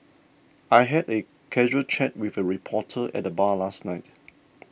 I had a casual chat with a reporter at the bar last night